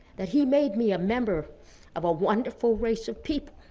that he made me a member of a wonderful race of people